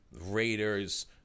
Raiders